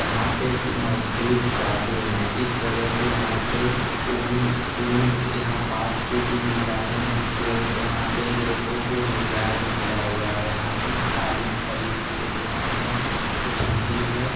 यहाँ पर मज़दूर ज़्यादा हैं इस वजह से यहाँ पर ऊन ऊन यहाँ पास से ही मिल जाते हैं जिसकी वजह से यहाँ पर लोगों को रोज़गार भी मिला हुआ है यहाँ पर हम क़ालीन खरीद लेते हैं हमें ठंडी में